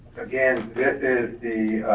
again, this is the